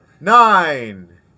Nine